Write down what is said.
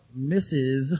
Mrs